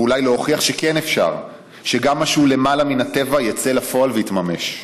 ואולי להוכיח שכן אפשר שגם מה שהוא למעלה מן הטבע יצא לפועל ויתממש.